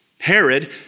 Herod